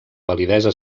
validesa